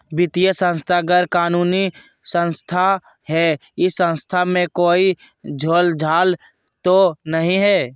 वित्तीय संस्था गैर कानूनी संस्था है इस संस्था में कोई झोलझाल तो नहीं है?